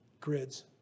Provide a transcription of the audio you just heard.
grids